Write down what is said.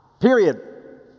period